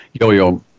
Yo-Yo